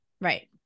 Right